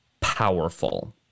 powerful